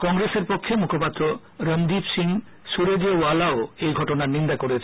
কংগ্রেসের পক্ষ্যে মুখপাত্র রণদ্বীপ সিং সুরেজেওয়ালাও এই ঘটনার নিন্দা করেছেন